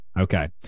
Okay